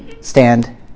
stand